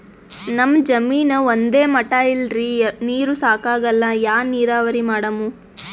ನಮ್ ಜಮೀನ ಒಂದೇ ಮಟಾ ಇಲ್ರಿ, ನೀರೂ ಸಾಕಾಗಲ್ಲ, ಯಾ ನೀರಾವರಿ ಮಾಡಮು?